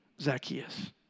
Zacchaeus